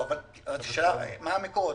מה המקורות?